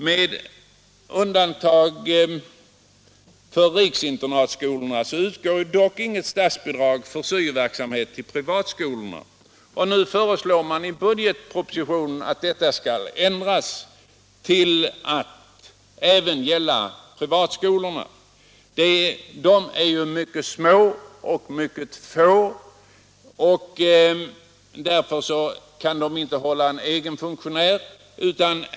Om man undantar riksinternatskolorna utgår dock inget statsbidrag för syo-verksamhet vid privatskolorna. I budgetpropositionen föreslås att bidrag skall lämnas även för privatskolornas syo-verksamhet. De skolorna är mycket små och mycket få, och därför kan de inte hålla en egen funktionär.